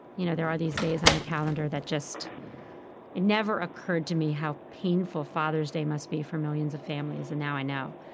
you know there are these days on the calendar that just it never occurred to me how painful father's day must be for millions of families, and now i know.